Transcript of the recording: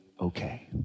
okay